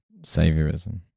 saviorism